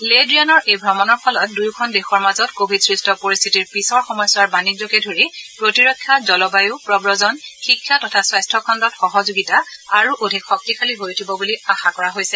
লে ড্ৰিয়ানৰ এই ভ্ৰমণৰ ফলত দুয়োখন দেশৰ মাজত কোৱিডসৃষ্ট পৰিশ্বিতিৰ পিছৰ সময়ছোৱাৰ বাণিজ্যকে ধৰি প্ৰতিৰক্ষা জলবায়ু প্ৰৱজন শিক্ষা তথা স্বাস্থখণ্ডত সহযোগিতা আৰু অধিক শক্তিশালী হৈ উঠিব বুলি আশা কৰা হৈছে